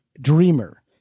dreamer